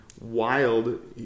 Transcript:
wild